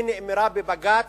היא נאמרה בבג"ץ,